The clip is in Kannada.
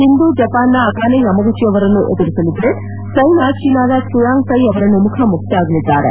ಸಿಂಧು ಜಪಾನ್ ನ ಅಕಾನೆ ಯಮಗುಚಿ ಅವರನ್ನು ಎದುರಿಸಲಿದ್ದರೆ ಸೈನಾ ಚೀನಾದ ತ್ಲುಯಾಂಗ್ ತೈ ಅವರನ್ನು ಮುಖಾಮುಖಿಯಾಗಲಿದ್ದಾರೆ